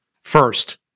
First